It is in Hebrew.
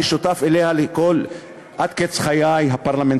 אני שותף לה עד קץ חיי הפרלמנטריים,